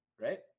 right